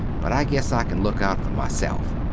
but i guess i can look out for myself.